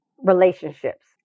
relationships